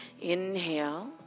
inhale